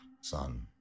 son